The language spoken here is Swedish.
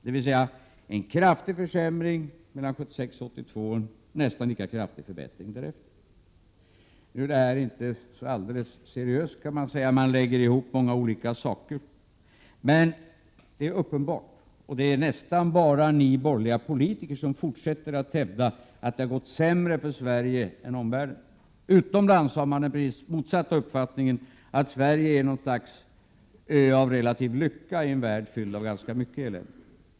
Det var alltså en kraftig försämring mellan 1976 och 1982 och en nästan lika kraftig förbättring därefter. Nu kan man säga att det här inte är så alldeles seriöst; man lägger ihop många olika saker. Men det är nästan bara ni borgerliga politiker som fortsätter att hävda att det har gått sämre för Sverige än för omvärlden. Utomlands har man den precis motsatta uppfattningen — att Sverige är ett land av relativ lycka i en värld fylld av ganska mycket elände.